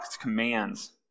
commands